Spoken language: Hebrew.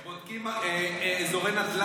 הם בודקים אזורי נדל"ן.